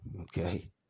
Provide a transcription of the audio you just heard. okay